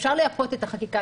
אפשר לייפות את החקיקה.